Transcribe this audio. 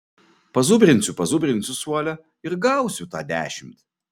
pazubrinsiu pazubrinsiu suole ir gausiu tą dešimt